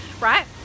right